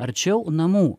arčiau namų